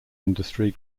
industry